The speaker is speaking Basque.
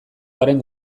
garen